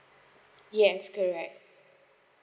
yes correct